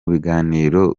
biganiro